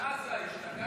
בעזה, השתגעת?